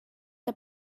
the